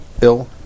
ill